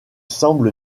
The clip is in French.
semble